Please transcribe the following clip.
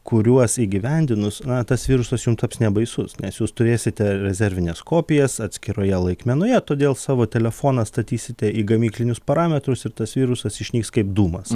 kuriuos įgyvendinus tas virusas jum taps nebaisus nes jūs turėsite rezervines kopijas atskiroje laikmenoje todėl savo telefoną statysite į gamyklinius parametrus ir tas virusas išnyks kaip dūmas